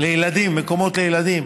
מקומות לילדים.